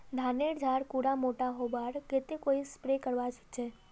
धानेर झार कुंडा मोटा होबार केते कोई स्प्रे करवा होचए?